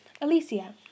Alicia